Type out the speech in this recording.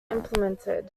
implemented